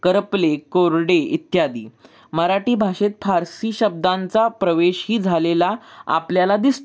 करपले कोरडे इत्यादी मराठी भाषेत फारसी शब्दांचा प्रवेशही झालेला आपल्याला दिसतो